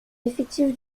effective